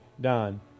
Don